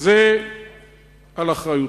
זה על אחריותכם.